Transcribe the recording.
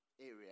area